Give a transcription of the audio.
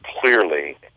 clearly